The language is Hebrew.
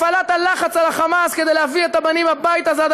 הפעלת הלחץ על ה"חמאס" כדי להביא את הבנים